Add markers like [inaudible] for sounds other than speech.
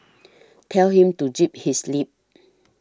[noise] tell him to zip his lip